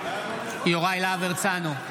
יוראי להב הרצנו,